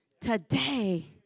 Today